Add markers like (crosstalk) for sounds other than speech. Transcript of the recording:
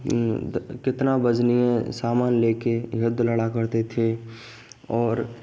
(unintelligible) कितना वजनीय सामान ले के युद्ध लड़ा करते थे और आज